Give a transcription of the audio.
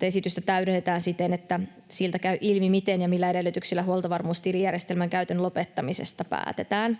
esitystä täydennetään siten, että sieltä käy ilmi, miten ja millä edellytyksillä huoltovarmuustilijärjestelmän käytön lopettamisesta päätetään.